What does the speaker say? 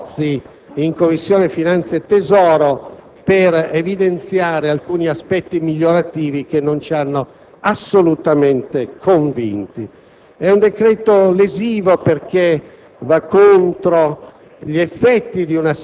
grandi sforzi in Commissione finanze e tesoro per evidenziare alcuni aspetti migliorativi, che però non ci hanno assolutamente convinto. È un decreto lesivo perché va contro